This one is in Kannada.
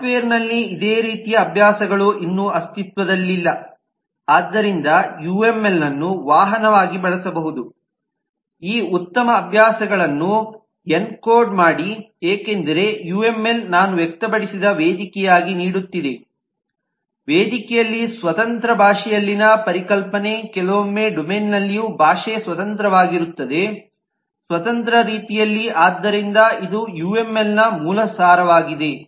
ಸಾಫ್ಟ್ವೇರ್ನಲ್ಲಿ ಇದೇ ರೀತಿಯ ಅಭ್ಯಾಸಗಳು ಇನ್ನೂ ಅಸ್ತಿತ್ವದಲ್ಲಿಲ್ಲ ಆದ್ದರಿಂದ ಯುಎಂಎಲ್ ಅನ್ನು ವಾಹನವಾಗಿ ಬಳಸಬಹುದು ಈ ಉತ್ತಮ ಅಭ್ಯಾಸಗಳನ್ನು ಎನ್ಕೋಡ್ ಮಾಡಿ ಏಕೆಂದರೆ ಯುಎಂಎಲ್ ನಾನು ವ್ಯಕ್ತಪಡಿಸುವ ವೇದಿಕೆಯಾಗಿ ನೀಡುತ್ತಿದೆ ವೇದಿಕೆಯಲ್ಲಿ ಸ್ವತಂತ್ರ ಭಾಷೆಯಲ್ಲಿನ ಪರಿಕಲ್ಪನೆ ಕೆಲವೊಮ್ಮೆ ಡೊಮೇನ್ನಲ್ಲಿಯೂ ಭಾಷೆ ಸ್ವತಂತ್ರವಾಗಿರುತ್ತದೆ ಸ್ವತಂತ್ರ ರೀತಿಯಲ್ಲಿ ಆದ್ದರಿಂದ ಇದು ಯುಎಂಎಲ್ನ ಮೂಲ ಸಾರವಾಗಿದೆ